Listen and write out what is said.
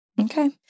Okay